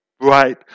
right